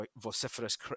vociferous